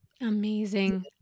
Amazing